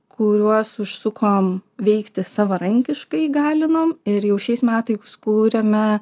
kuriuos užsukom veikti savarankiškai įgalinom ir jau šiais metais kūrėme